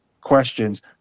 questions